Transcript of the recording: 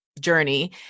journey